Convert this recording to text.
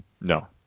No